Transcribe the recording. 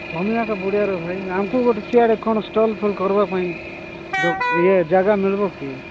ସମୟ ଏକା ବୁଢ଼େଇବାର ଭାଇ ଆମକୁ ଗୋଟେ ସିଆଡ଼େ କ'ଣ ଷ୍ଟଲ୍ ଫଲ୍ କରିବା ପାଇଁ ତ ଇଏ ଜାଗା ମିଳିବ କି